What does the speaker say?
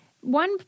one